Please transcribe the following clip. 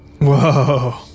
Whoa